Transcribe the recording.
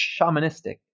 shamanistic